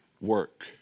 work